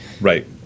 Right